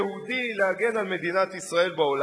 יהודי, להגן על מדינת ישראל בעולם.